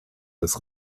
des